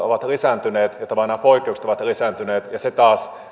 ovat lisääntyneet ja nämä poikkeukset ovat lisääntyneet ja se taas